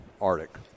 Arctic